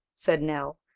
said nell,